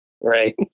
Right